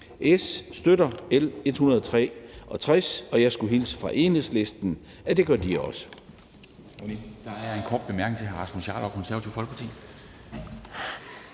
S støtter L 163, og jeg skulle hilse fra Enhedslisten og sige, at det gør de også.